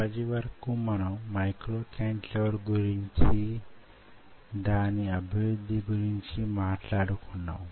ఇప్పటి వరకు మనము మైక్రో కాంటిలివర్ గురించి దాని అభివృద్ధి గురించి మాట్లాడుకున్నాము